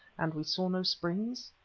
and we saw no springs?